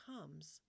comes